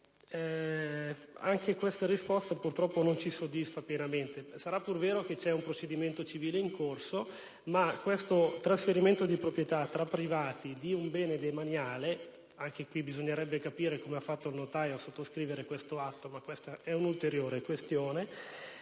anche questa risposta purtroppo non ci soddisfa pienamente. Sarà pur vero che c'è un procedimento civile in corso, ma questo trasferimento di proprietà tra privati di un bene demaniale - anche qui poi bisognerebbe capire come abbia fatto un notaio a sottoscrivere un simile atto, ma questa è un'ulteriore questione